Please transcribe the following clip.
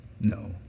no